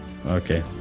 Okay